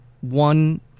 one